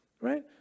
Right